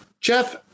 Jeff